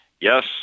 yes